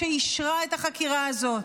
שאישרה את החקירה הזאת.